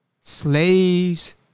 slaves